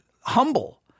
humble